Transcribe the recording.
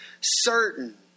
certain